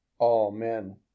Amen